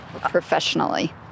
professionally